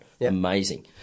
amazing